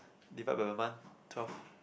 divide by month twelve